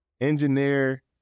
engineer